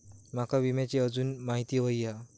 माका विम्याची आजून माहिती व्हयी हा?